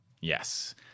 Yes